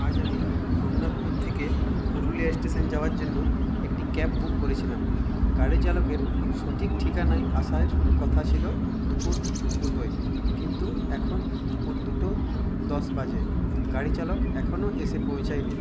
আজ আমি রঘুনাথপুর থেকে পুরুলিয়া স্টেশন যাওয়ার জন্য একটি ক্যাব বুক করেছিলাম গাড়ি চালকের সঠিক ঠিকানায় আসার কথা ছিলো দুপুর দুটোয় কিন্তু এখন দুপুর দুটো দশ বাজে গাড়ি চালক এখনও এসে পৌঁছায়নি